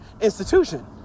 institution